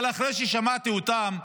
אבל אחרי ששמעתי אותם,